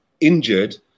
injured